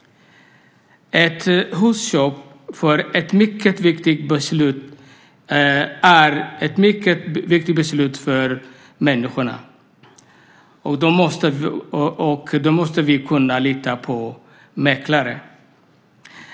Ett husköp är ett mycket viktigt beslut för människor, och då måste vi kunna lita på mäklare.